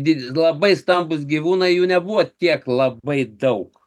dydis labai stambūs gyvūnai jų nebuvo tiek labai daug